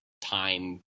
time